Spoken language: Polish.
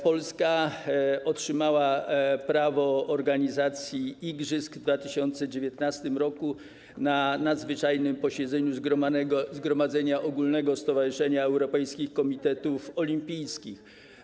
Polska otrzymało prawo organizacji igrzysk w 2019 r. na nadzwyczajnym posiedzeniu Zgromadzenia Ogólnego Stowarzyszenia Europejskich Komitetów Olimpijskich.